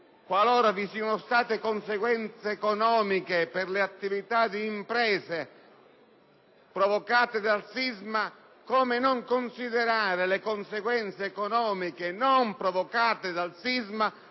qualora vi siano state conseguenze economiche per le attività di impresa provocate dal sisma, come non considerare le conseguenze economiche non provocate dal sisma